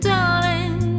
Darling